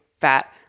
fat